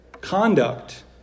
Conduct